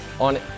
on